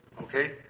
Okay